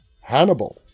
hannibal